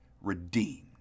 redeemed